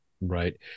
Right